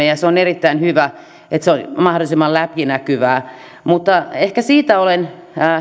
ja on erittäin hyvä että se on mahdollisimman läpinäkyvää mutta ehkä siitä olen